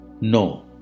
No